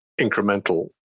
incremental